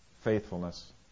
Faithfulness